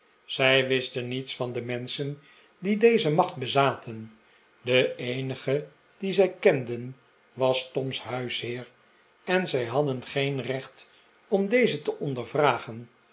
zij wisten niets van de menschen die deze macht bezaten de eenige dien zij kenden was tom's huisheer en zij hadden geen recht om dezen te